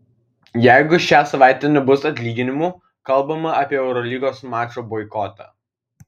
jeigu šią savaitę nebus atlyginimų kalbama apie eurolygos mačo boikotą